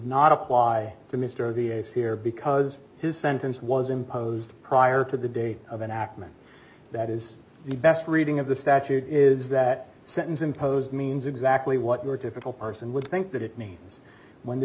not apply to mr v a s here because his sentence was imposed prior to the date of an act meant that is the best reading of the statute is that sentence imposed means exactly what your typical person would think that it means when the